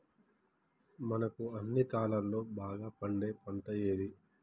మనకు అన్ని కాలాల్లో బాగా పండే పంట ఏది?